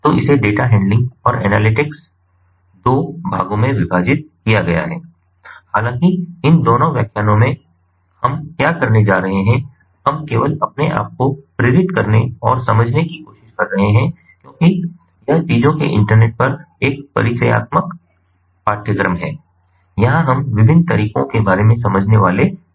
तो इसे data handling और एनालिटिक्स 2 भागों में विभाजित किया गया है हालाँकि इन दोनों व्याख्यानों में हम क्या करने जा रहे हैं हम केवल अपने आप को प्रेरित करने और समझने की कोशिश कर रहे हैं क्योंकि यह चीजों के इंटरनेट पर एक परिचयात्मक पाठ्यक्रम है यहाँ हम विभिन्न तरीकों के बारे में समझने वाले नहीं हैं